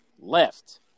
left